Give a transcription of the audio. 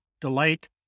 delight